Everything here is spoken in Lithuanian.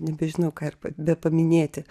nebežinau ką ir bepaminėti